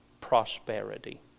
prosperity